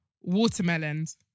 Watermelons